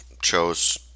chose